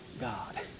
God